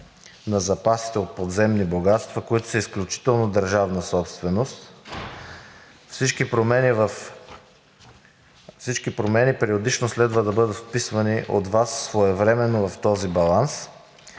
на запасите от подземни богатства, които са изключителна държавна собственост. Всички промени периодично следва да бъдат вписвани от Вас своевременно в този баланс.